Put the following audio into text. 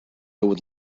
would